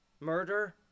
murder